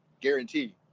guarantee